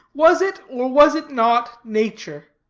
was it, or was it not, nature?